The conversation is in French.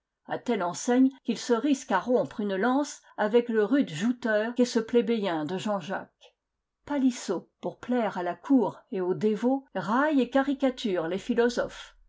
à telle enseigne qu'il se risque à rompre une lance avec le rude jouteur qu'est ce plébéien de jean-jacques palissot pour plaire à la cour et aux dévots raille et caricature les philosophes